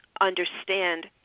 understand